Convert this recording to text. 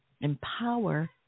empower